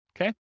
Okay